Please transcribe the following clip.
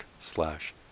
slash